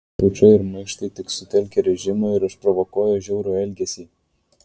pučai ir maištai tik sutelkia režimą ir išprovokuoja žiaurų elgesį